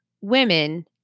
women